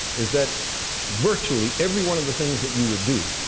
is that virtually every one of the things that you would do